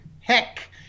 heck